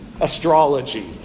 astrology